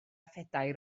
phedair